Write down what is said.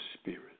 spirit